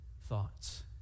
thoughts